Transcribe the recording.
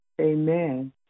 Amen